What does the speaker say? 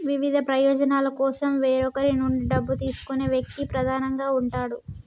వివిధ ప్రయోజనాల కోసం వేరొకరి నుండి డబ్బు తీసుకునే వ్యక్తి ప్రధానంగా ఉంటాడు